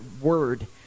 word